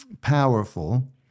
powerful